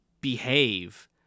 behave